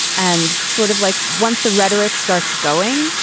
and sort of like once the rhetoric starts going,